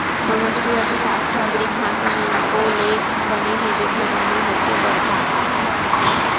समस्टि अर्थसास्त्र ह ग्रीक भासा मेंक्रो ले बने हे जेखर माने होथे बड़का